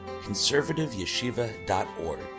conservativeyeshiva.org